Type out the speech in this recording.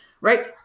Right